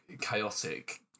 chaotic